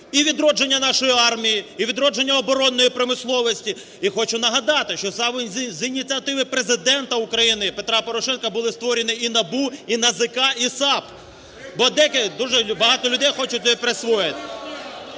і відродження нашої армії, і відродження оборонної промисловості. І хочу нагадати, що саме з ініціативи Президента України Петра Порошенка були створені і НАБУ, і НАЗК, і САП. Бо деякі… дуже багато людей хочуть це присвоїти.